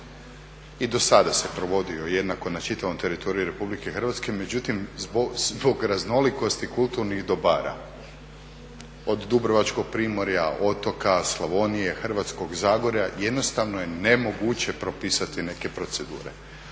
I dosada se provodio jednako na čitavom teritoriju RH, međutim zbog raznolikosti, kulturnih dobara, od dubrovačkog primorja, otoka, Slavonije, Hrvatskog zagorja jednostavno je nemoguće propisati neke procedure.